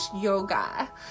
Yoga